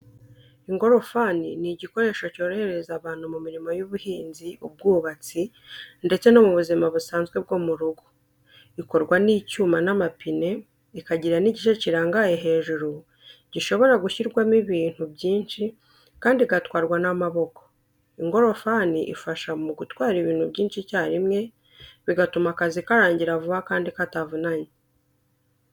Ingorofani ni igikoresho cyorohereza abantu mu mirimo y’ubuhinzi, ubwubatsi ndetse no mu buzima busanzwe bwo mu rugo. Ikorwa n’icyuma n’amapine, ikagira igice kirangaye hejuru gishobora gushyirwamo ibintu byinshi kandi igatwarwa n’amaboko. Ingorofani ifasha umuntu gutwara ibintu byinshi icyarimwe, bigatuma akazi karangira vuba kandi katavunnye cyane.